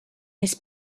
this